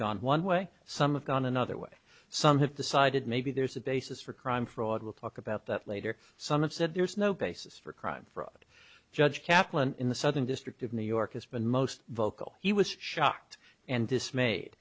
gone one way some of gone another way some have decided maybe there's a basis for crime fraud we'll talk about that later some have said there's no basis for crime for a judge kaplan in the southern district of new york has been most vocal he was shocked and dismayed